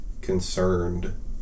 concerned